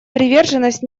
приверженность